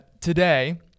today